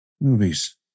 Movies